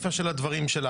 בקשר לסיפא של הדברים שלך,